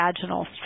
vaginal